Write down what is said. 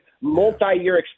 multi-year